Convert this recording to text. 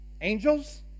angels